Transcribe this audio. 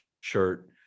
shirt